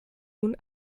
nun